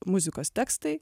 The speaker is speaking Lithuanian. muzikos tekstai